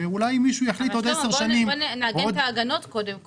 ואולי מישהו יחליט עוד 10 שנים -- בוא נעגן את ההגנות קודם כל.